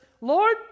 Lord